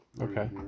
Okay